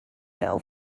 mail